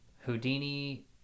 Houdini